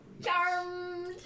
Charmed